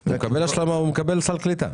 נכון, הוא מקבל סל קליטה.